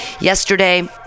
yesterday